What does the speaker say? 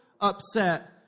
upset